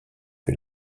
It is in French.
que